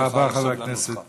תודה רבה לחבר הכנסת